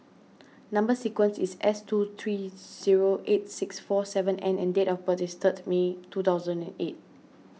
Number Sequence is S two three zero eight six four seven N and date of birth is third May two thousand and eight